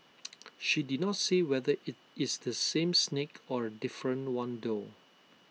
she did not say whether IT is the same snake or A different one though